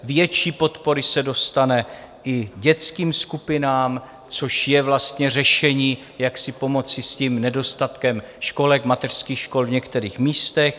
Větší podpory se dostane i dětským skupinám, což je vlastně řešení, jak si pomoci s tím nedostatkem školek, mateřských škol v některých místech.